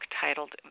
titled